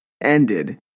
ended